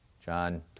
John